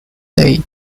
day